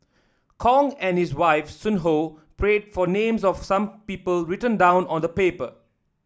Kong and his wife Sun Ho prayed for names of some people written down on paper